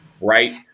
right